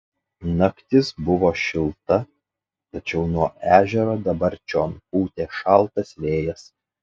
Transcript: naktis buvo šilta tačiau nuo ežero dabar čion pūtė šaltas vėjas